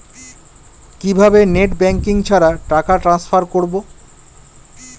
কিভাবে net banking ছাড়া টাকা টান্সফার করব?